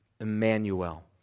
Emmanuel